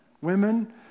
Women